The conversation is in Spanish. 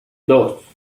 dos